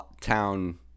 town